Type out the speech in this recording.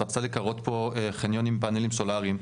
שרצתה לקרות חניון עם פאנלים סולאריים.